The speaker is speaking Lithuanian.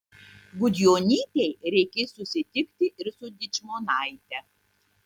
gudjonytei reikės susitikti ir su dičmonaite